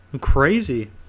Crazy